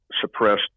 suppressed